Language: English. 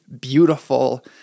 beautiful